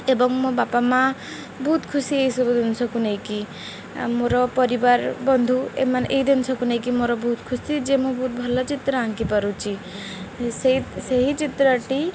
ଏବଂ ମୋ ବାପା ମାଆ ବହୁତ ଖୁସି ଏଇସବୁ ଜିନିଷକୁ ନେଇକରି ମୋର ପରିବାର ବନ୍ଧୁ ଏମାନେ ଏଇ ଜିନିଷକୁ ନେଇକରି ମୋର ବହୁତ ଖୁସି ଯେ ମୁଁ ବହୁତ ଭଲ ଚିତ୍ର ଆଙ୍କି ପାରୁଛି ସେଇ ସେହି ଚିତ୍ରଟି